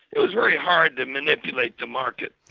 it was very hard to manipulate the market.